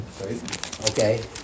Okay